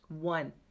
one